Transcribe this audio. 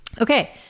Okay